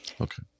okay